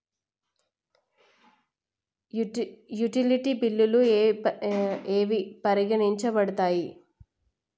Utility బిల్లులు ఏవి పరిగణించబడతాయి?